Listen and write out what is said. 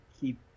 keep